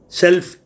self